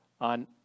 on